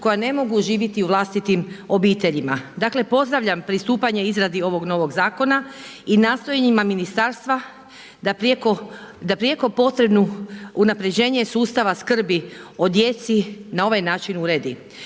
koja ne mogu živjeti u vlastitim obiteljima. Dakle pozdravljam pristupanje izradi ovog novog zakona i nastojanjima ministarstva da prijeko potrebnu unapređenje sustava skrbi o djeci na ovaj način uredi.